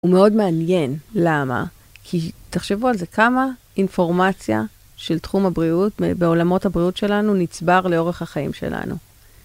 ומאוד מעניין, למה? כי תחשבו על זה, כמה אינפורמציה של תחום הבריאות, בעולמות הבריאות שלנו, נצבר לאורך החיים שלנו